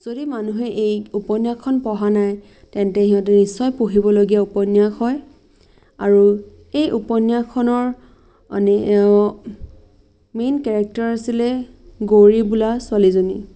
যদি মানুহে এই উপন্যাসখন পঢ়া নাই তেন্তে সিহঁতে নিশ্চয় পঢ়িবলগীয়া উপন্যাস হয় আৰু এই উপন্যাসখনৰ এনে মেইন কেৰেক্টাৰ আছিলে গৌৰী বোলা ছোৱালীজনী